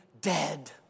dead